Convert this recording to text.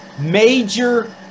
major